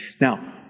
Now